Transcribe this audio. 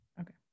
Okay